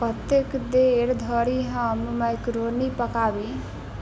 कतेक देर धरि हम मैकरोनी पकाबी